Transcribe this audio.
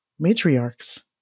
matriarchs